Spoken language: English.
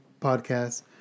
podcast